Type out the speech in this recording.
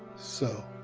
so,